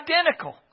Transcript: identical